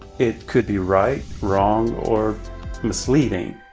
it could be right, wrong, or misleading.